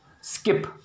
skip